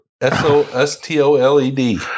S-O-S-T-O-L-E-D